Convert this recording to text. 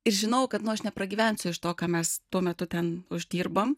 ir žinojau kad nu aš nepragyvensiu iš to ką mes tuo metu ten uždirbam